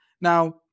Now